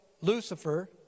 Lucifer